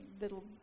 little